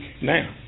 now